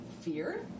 fear